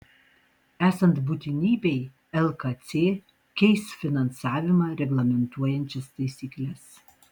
esant būtinybei lkc keis finansavimą reglamentuojančias taisykles